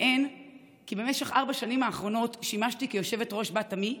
כי במשך ארבע השנים האחרונות שימשתי יושבת-ראש בת עמי,